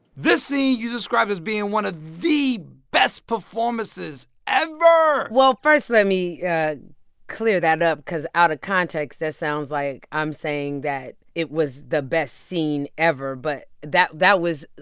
this scene, you described as being one of the best performances ever well, first let me clear that up because, out of context, that sounds like i'm saying that it was the best scene ever. but that that was,